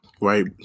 right